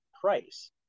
price